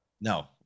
No